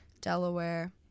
Delaware